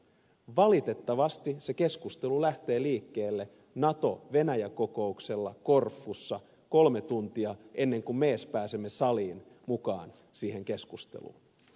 valitettavasti se keskustelu lähtee liikkeelle natovenäjä kokouksella korfussa kolme tuntia ennen kuin me edes pääsemme saliin mukaan siihen keskusteluun